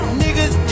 niggas